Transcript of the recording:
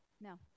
No